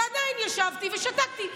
ועדיין ישבתי ושתקתי.